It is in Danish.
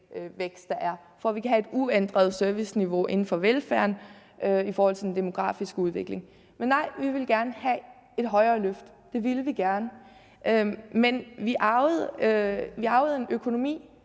vækst, der er, for at vi kan have et uændret serviceniveau inden for velfærden. Men nej, vi ville gerne have haft et højere løft. Det ville vi gerne, men vi arvede en økonomi,